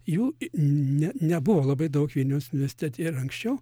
jų n ne nebuvo labai daug vilniaus universitete ir anksčiau